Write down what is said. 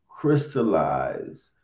crystallize